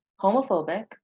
homophobic